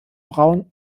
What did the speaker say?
braun